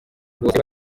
bose